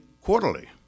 quarterly